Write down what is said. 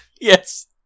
Yes